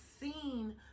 seen